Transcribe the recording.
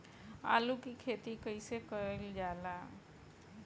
आलू की खेती कइसे कइल जाला?